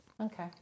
Okay